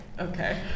Okay